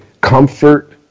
comfort